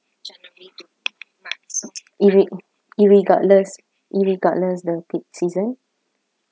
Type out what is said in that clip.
irre~ irregardless irregardless the peak season